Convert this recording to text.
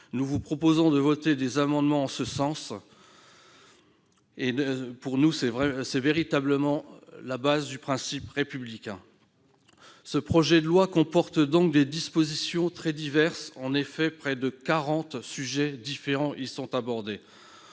Nous vous proposerons de voter des amendements en ce sens, car c'est véritablement, à nos yeux, la base du principe républicain. Le projet de loi comporte des dispositions très diverses. En effet, près de 40 sujets différents y sont abordés.